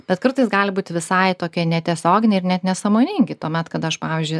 bet kartais gali būt visai tokie netiesioginiai ir net nesąmoningi tuomet kada aš pavyzdžiui